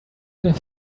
have